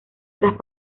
tras